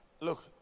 look